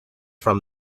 from